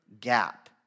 gap